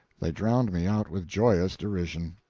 they drowned me out with joyous derision.